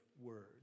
word